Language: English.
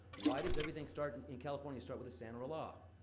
why does everything start in in california, start with a san or a la?